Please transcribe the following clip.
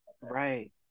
Right